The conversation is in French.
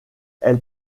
elle